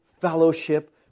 fellowship